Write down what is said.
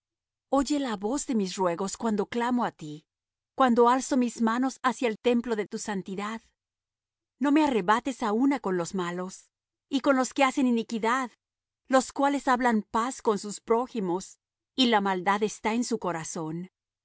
oye la voz de mis ruegos cuando clamo á ti cuando alzo mis manos hacia el templo de tu santidad no me arrebates á una con los malos y con los que hacen iniquidad los cuales hablan paz con sus prójimos y la maldad está en su corazón